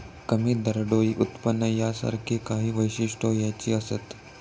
कमी दरडोई उत्पन्न यासारखी काही वैशिष्ट्यो ह्याची असत